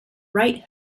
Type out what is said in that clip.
right